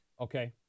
Okay